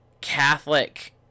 Catholic